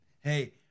Hey